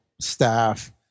staff